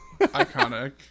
Iconic